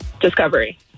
Discovery